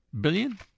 billion